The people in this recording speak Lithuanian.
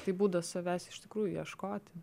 tai būdas savęs iš tikrųjų ieškoti